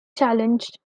challenged